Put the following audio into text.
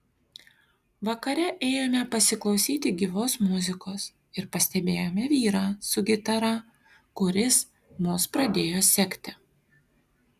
vakare ėjome pasiklausyti gyvos muzikos ir pastebėjome vyrą su gitara kuris mus pradėjo sekti